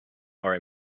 are